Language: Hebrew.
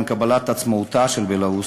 עם קבלת עצמאותה של בלרוס,